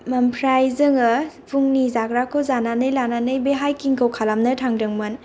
ओमफ्राय जोङो फुंनि जाग्राखौ जानानै लानानै बे हाइकिंखौ खालामनो थांदोंमोन